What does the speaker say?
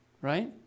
Right